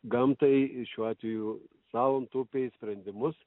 gamtai ir šiuo atveju salanto upės sprendimus